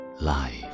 life